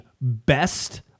best